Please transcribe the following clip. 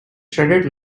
shredded